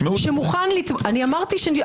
שמוכן לתמוך --- אז נשמעו דבריהם.